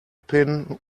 pin